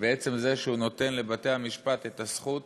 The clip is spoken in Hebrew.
בעצם זה שהוא נותן לבתי-המשפט את הזכות